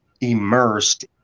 immersed